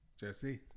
Jesse